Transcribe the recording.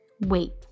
Wait